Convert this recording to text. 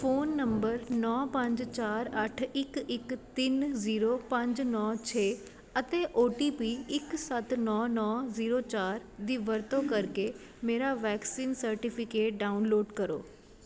phone number ਨੌਂ ਪੰਜ ਚਾਰ ਅੱਠ ਇੱਕ ਇੱਕ ਤਿੰਨ ਜ਼ੀਰੋ ਪੰਜ ਨੌਂ ਛੇ ਅਤੇ ਓ ਟੀ ਪੀ ਇੱਕ ਸੱਤ ਨੌਂ ਨੌਂ ਜੀਰੋ ਚਾਰ ਦੀ ਵਰਤੋਂ ਕਰਕੇ ਮੇਰਾ ਵੈਕਸੀਨ ਸਰਟੀਫਿਕੇਟ ਡਾਊਨਲੋਡ ਕਰੋ